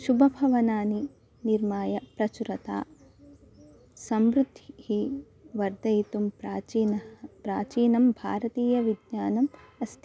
शुभभवनानि निर्माय प्रचुरता समृद्धिः वर्धयितुं प्राचीनं प्राचीनं भारतीयं विज्ञानम् अस्ति